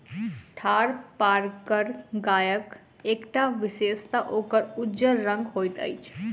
थारपारकर गायक एकटा विशेषता ओकर उज्जर रंग होइत अछि